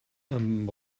amb